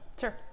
Sure